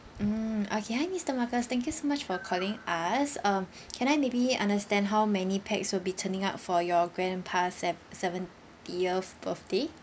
mm okay hi mister marcus thank you so much for calling us um can I maybe understand how many pax will be turning up for your grandpa sev~ seventieth birthday